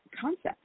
concept